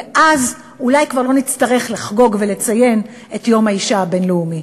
ואז אולי כבר לא נצטרך לחגוג ולציין את יום האישה הבין-לאומי.